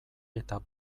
eta